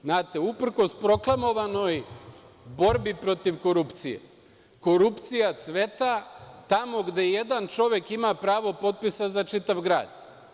Znate, uprkos proklamovanoj borbi protiv korupcije, korupcija cveta tamo gde jedan čovek ima pravo potpisa za čitav grad.